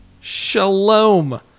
Shalom